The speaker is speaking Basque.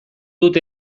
dut